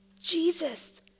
Jesus